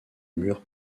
mur